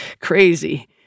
crazy